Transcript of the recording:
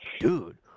Dude